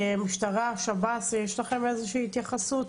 עוד התייחסות?